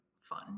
fun